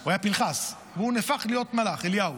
הוא היה פנחס, והוא נהפך להיות מלאך, אליהו.